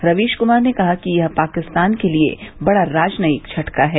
रवीश कुमार ने कहा कि यह पाकिस्तान के लिए बड़ा राजनयिक झटका है